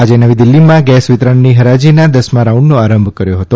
આજે નવી દીલ્હીમાં ગેસ વિતરણની ફરાજીના દસમા રાઉન્ડનો આરંભ કર્યો હતો